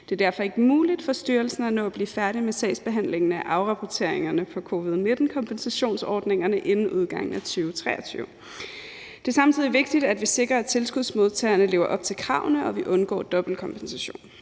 Det er derfor ikke muligt for styrelsen at nå at blive færdig med sagsbehandlingen af afrapporteringerne fra covid-19-kompensationsordningerne inden udgangen af 2023. Det er samtidig vigtigt, at vi sikrer, at tilskudsmodtagerne lever op til kravene, og at vi undgår dobbeltkompensation.